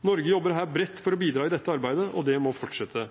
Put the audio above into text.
Norge jobber her bredt for å bidra i dette arbeidet, og det må fortsette.